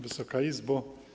Wysoka Izbo!